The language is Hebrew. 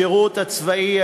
השירות הצבאי,